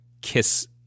kiss